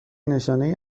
نشانهای